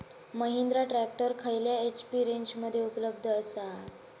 Mahindra tractor खयल्या HP रेंजमध्ये उपलब्ध आसा?